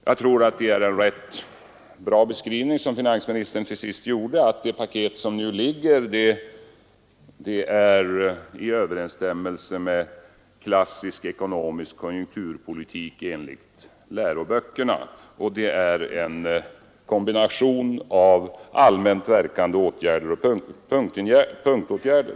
Jag tycker att det var en ganska bra beskrivning finansministern till sist gjorde, när han sade att det paket som nu framlagts är i överensstämmelse med klassisk ekonomisk konjunkturpolitik enligt läroböckerna och att det är en kombination av allmänt verkande åtgärder och punktåtgärder.